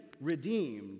redeemed